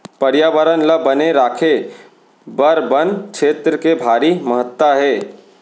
परयाबरन ल बने राखे बर बन छेत्र के भारी महत्ता हे